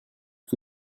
que